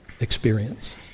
experience